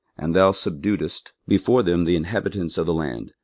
and thou subduedst before them the inhabitants of the land,